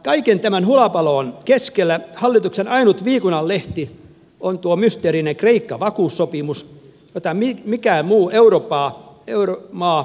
kaiken tämän hulabaloon keskellä hallituksen ainut viikunanlehti on mysteerinen kreikka vakuussopimus jota mikään muu euromaa ei halunnut